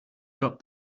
drop